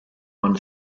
one